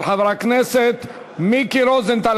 של חבר הכנסת מיקי רוזנטל,